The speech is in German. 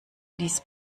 dies